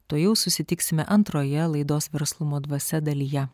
tuojau susitiksime antroje laidos verslumo dvasia dalyje